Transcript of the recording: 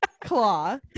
Claw